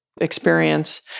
experience